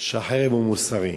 שהחרם הוא מוסרי.